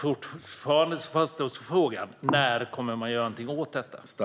Frågan kvarstår: När kommer man att göra något åt detta?